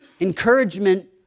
Encouragement